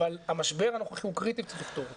אבל המשבר הנוכחי הוא קריטי וצריך לפתור אותו.